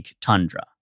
tundra